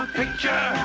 picture